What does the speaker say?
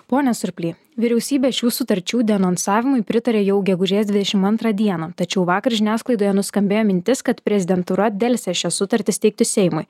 pone surply vyriausybė šių sutarčių denonsavimui pritarė jau gegužės dvidešimt antrą dieną tačiau vakar žiniasklaidoje nuskambėjo mintis kad prezidentūra delsė šias sutartis teikti seimui